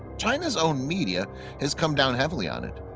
china's own media has come down heavily on it.